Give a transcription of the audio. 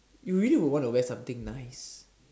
you really would want to wear something nice